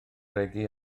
regi